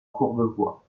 courbevoie